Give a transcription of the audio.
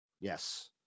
Yes